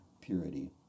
purity